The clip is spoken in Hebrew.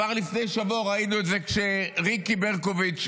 כבר לפני שבוע ראינו את זה כשריקי ברקוביץ,